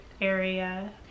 area